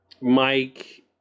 mike